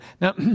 Now